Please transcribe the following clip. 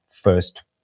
first